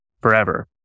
forever